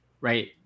right